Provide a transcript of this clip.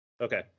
Okay